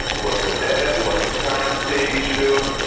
it was the debt, it was the currency issue,